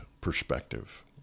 perspective